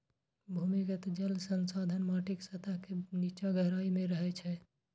भूमिगत जल संसाधन माटिक सतह के निच्चा गहराइ मे रहै छै